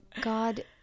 God